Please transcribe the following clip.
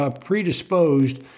predisposed